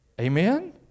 Amen